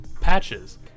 patches